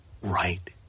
right